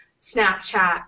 snapchat